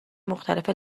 مختلف